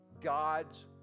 God's